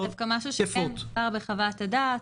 זה דווקא משהו שכן הוזכר בחוות הדעת,